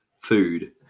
food